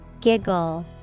Giggle